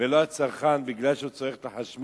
ולא הצרכן, כי הוא צורך את החשמל,